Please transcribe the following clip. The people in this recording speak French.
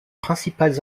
principales